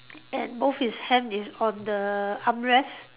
and both his hand is on the armrest